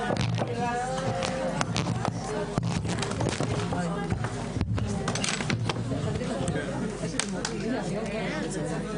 ננעלה בשעה 12:30.